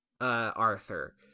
Arthur